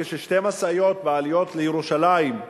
כאשר שתי משאיות בעליות לירושלים,